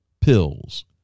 pills